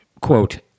quote